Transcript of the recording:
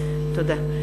תודה.